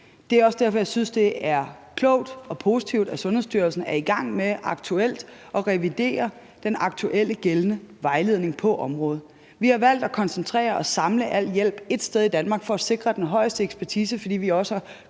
Det er også derfor, at jeg synes, det er klogt og positivt, at Sundhedsstyrelsen aktuelt er i gang med at revidere den gældende vejledning på området. Vi har valgt at koncentrere og samle al hjælp ét sted i Danmark for at sikre den højeste ekspertise, fordi vi har